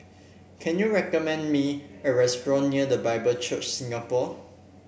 can you recommend me a restaurant near The Bible Church Singapore